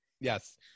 Yes